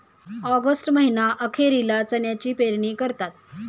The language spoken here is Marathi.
ऑगस्ट महीना अखेरीला चण्याची पेरणी करतात